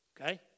Okay